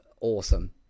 awesome